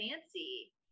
fancy